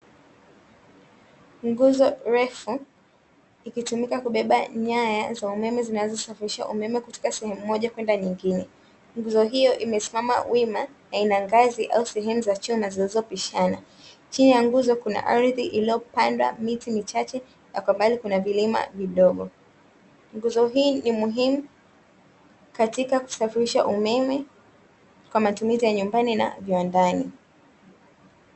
Nguzo refu ikitumika kubeba nyaya za umeme zinazosafirisha umeme kutoka sehemu moja kwenda nyingine, nguzo hiyo imesimama wima na ina ngazi au sehemu za chuma zilizopishana, chini ya nguzo kuna ardhi iliyopanda miti michache na kwa mbali kuna vilima vidogo. Nguzo hii ni muhimu katika kusafirisha umeme kwa matumizi ya nyumbani na viwandani.